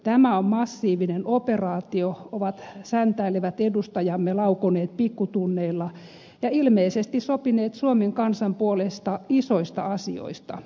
tämä on massiivinen operaatio ovat säntäilevät edustajamme laukoneet pikkutunneilla ja ilmeisesti sopineet suomen kansan puolesta isoista asioista